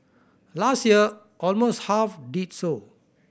last year almost half did so